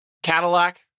Cadillac